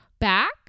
back